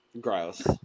Gross